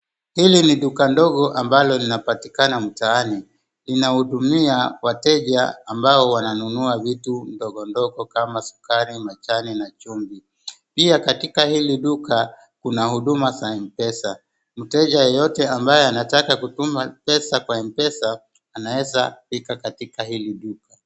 Hili duka ni ndogo ambalo linapatikana mtaani. Iinahudumia wateja ambao wananunua vitu ndogo ndogo kama sukari, majani na chumvi. Pia katika hili duka kuna huduma za Mpesa. Mteja yeyote ambaye anataka kutuma pesa kwa Mpesa anaeza fika katika hili duka.